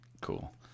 Cool